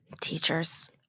Teachers